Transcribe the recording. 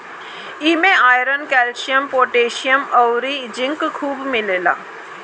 इमे iron, calcium, potassium अउरी zinc खुबे मिलेला